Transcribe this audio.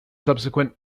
subsequent